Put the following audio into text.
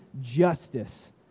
justice